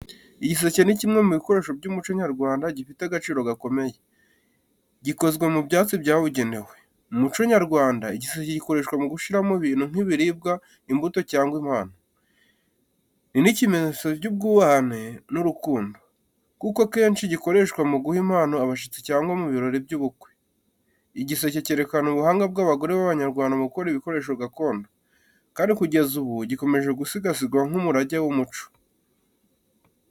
Igiseke ni kimwe mu bikoresho by’umuco nyarwanda gifite agaciro gakomeye. Gikozwe mu byatsi byabugenewe. Mu muco nyarwanda, igiseke gikoreshwa mu gushyiramo ibintu nk’ibiribwa, imbuto cyangwa impano. Ni n’ikimenyetso cy’ubwubahane n’urukundo, kuko kenshi gikoreshwa mu guha impano abashyitsi cyangwa mu birori by’ubukwe. Igiseke cyerekana ubuhanga bw’abagore b’Abanyarwanda mu gukora ibikoresho gakondo, kandi kugeza ubu gikomeje gusigasirwa nk’umurage w’umuco.